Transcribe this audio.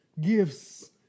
gifts